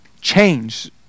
change